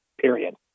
period